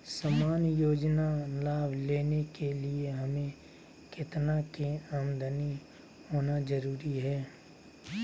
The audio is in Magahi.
सामान्य योजना लाभ लेने के लिए हमें कितना के आमदनी होना जरूरी है?